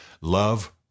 love